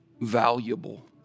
valuable